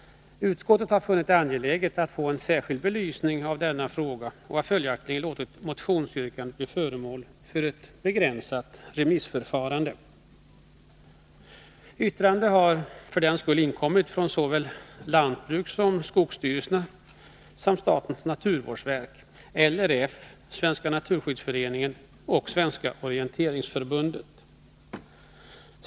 Utskottet har funnit det angeläget att få en särskild belysning av denna fråga, och har därför låtit motionsyrkandet bli föremål för ett begränsat remissförfarande. Yttrande har inkommit från såväl lantbrukssom skogsstyrelsen samt statens naturvårdsverk, LRF, Svenska naturskyddsföreningen och Svenska orienteringsförbundet.